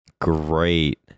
great